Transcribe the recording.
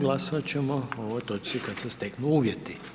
Glasovat ćemo o ovoj točci kada se steknu uvjeti.